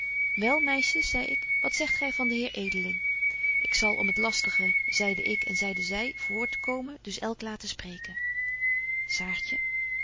wel meisjes zei ik wat zegt gy van den heer edeling ik zal om het lastige zeide ik en zeide zy voor te komen dus elk laten spreken